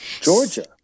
Georgia